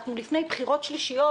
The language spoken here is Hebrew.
ואנחנו לפני בחירות שלישיות.